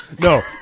No